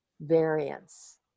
variance